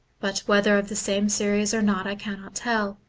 but whether of the same series or not i cannot tell,